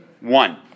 one